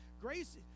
grace